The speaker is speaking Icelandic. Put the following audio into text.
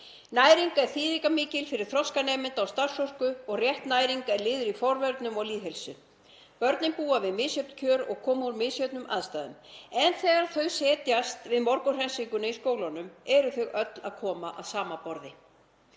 Næring er þýðingarmikil fyrir þroska nemenda og starfsorku og rétt næring er liður í forvörnum og lýðheilsu. Börnin búa við misjöfn kjör og koma úr misjöfnum aðstæðum en þegar þau setjast við morgunhressinguna í skólanum koma þau öll að sama borði.